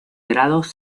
grados